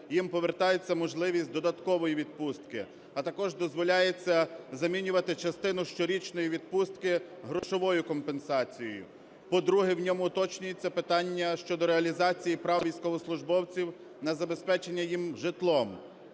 їм повертається можливість додаткової відпустки, а також дозволяється замінювати частину щорічної відпустки грошовою компенсацією. По-друге, в ньому уточнюється питання щодо реалізації прав військовослужбовців на забезпечення їх житлом.